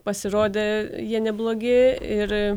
pasirodė jie neblogi ir